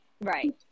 Right